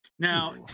Now